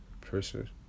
person